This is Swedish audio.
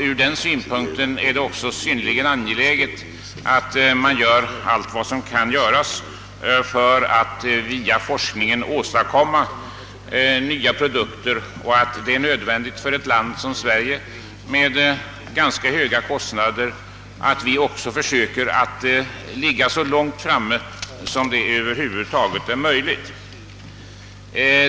Ur den synpunkten är det synnerligen angeläget att vi gör allt som göras kan för att via forskningen skapa nya produkter. Det är nödvändigt för ett land som Sverige, med de ganska höga kostnader vi här har, att försöka ligga så långt framme i utvecklingen som över huvud taget är möjligt.